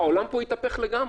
העולם פה התהפך לגמרי.